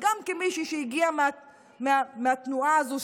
גם כמישהי שהגיעה מהתנועה הזו,